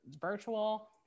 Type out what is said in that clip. virtual